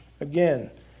Again